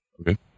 Okay